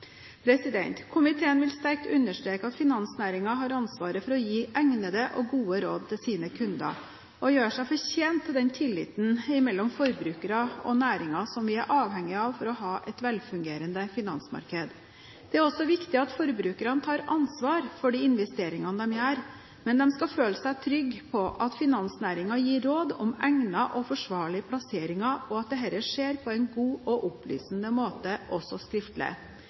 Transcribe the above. Komiteen vil sterkt understreke at finansnæringen har ansvaret for å gi egnede og gode råd til sine kunder og gjøre seg fortjent til den tillit mellom forbrukerne og næringen vi er avhengige av for å ha et velfungerende finansmarked. Det er også viktig at forbrukerne tar ansvar for de investeringene de gjør, men de skal føle seg trygge på at finansnæringen gir råd om egnede og forsvarlige plasseringer, og at dette skjer på en god og opplysende måte, også skriftlig.